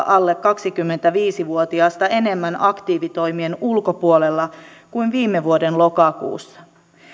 alle kaksikymmentäviisi vuotiasta enemmän aktiivitoimien ulkopuolella kuin viime vuoden lokakuussa